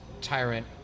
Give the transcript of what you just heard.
tyrant